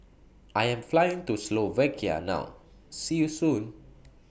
I Am Flying to Slovakia now See YOU Soon